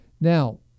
Now